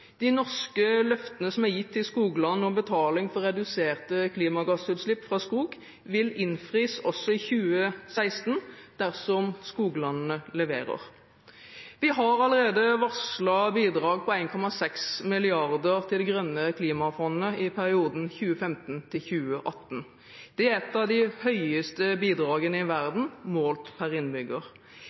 De norske løftene som er gitt til skogland om betaling for reduserte klimagassutslipp fra skog, vil innfris også i 2016 dersom skoglandene leverer. Vi har allerede varslet bidrag på 1,6 mrd. kr til Det grønne klimafondet i perioden 2015–2018. Det er et av de høyeste bidragene i verden målt per innbygger.